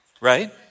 right